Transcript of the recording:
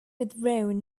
withdrawn